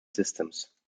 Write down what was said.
systems